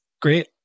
Great